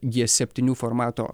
gie septiniu formato